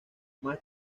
más